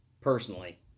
personally